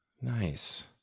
Nice